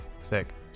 Sick